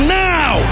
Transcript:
now